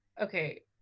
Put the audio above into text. okay